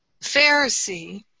Pharisee